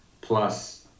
plus